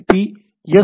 B S